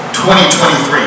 2023